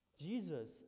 Jesus